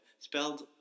Spelled